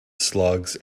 slugs